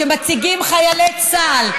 שמציגים חיילי צה"ל,